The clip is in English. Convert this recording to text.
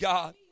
God